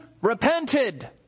repented